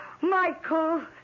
Michael